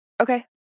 Okay